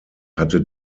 hatte